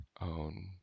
own